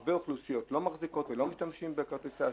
שהרבה אוכלוסיות לא מחזיקות ולא משתמשות בכרטיסי אשראי,